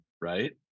right